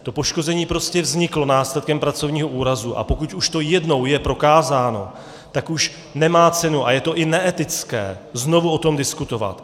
To poškození prostě vzniklo následkem pracovního úrazu, a pokud už je to jednou prokázáno, tak už nemá cenu, a je to i neetické, znovu o tom diskutovat.